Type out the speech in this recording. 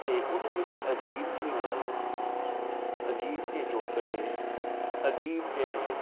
ਅਤੇ ਉਹਦੇ ਵਿੱਚ ਅਜੀਬ ਜਿਹੀਆਂ ਗੱਲਾਂ ਅਜੀਬ ਜਿਹੇ ਚੁਟਕਲੇ ਅਜੀਬ ਜਿਹੇ